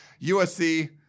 USC –